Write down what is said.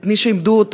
את מי שהם איבדו,